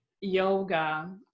yoga